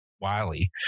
wiley